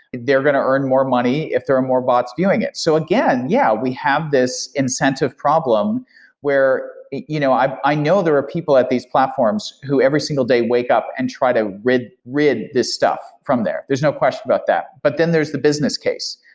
they're going to earn more money if there are more bots viewing it. so again, yeah, we have this incentive problem where you know i i know there are people at these platforms who every single day wake up and try to rid rid this stuff from there. there's no question about that, but then there's the business case.